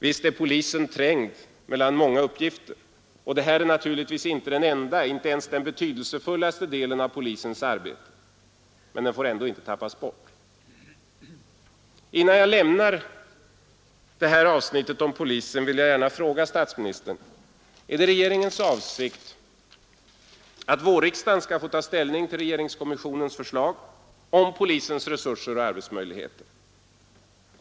Visst är polisen trängd mellan många uppgifter, och detta är naturligtvis inte den enda eller ens den betydelsefullaste delen av polisens arbete, men den får ändå inte tappas bort. Innan jag lämnar detta avsnitt vill jag gärna fråga statsministern: Är det regeringens avsikt att vårriksdagen skall få ta ställning till regeringskommissionens förslag om polisens resurser och arbetsmöjligheter?